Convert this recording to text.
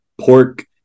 pork